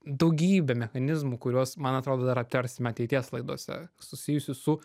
daugybė mechanizmų kuriuos man atrodo dar aptarsime ateities laidose susijusių su